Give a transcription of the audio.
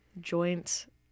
joint